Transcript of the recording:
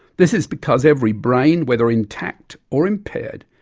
this is because every brain, whether intact or impaired,